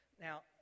Now